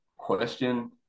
question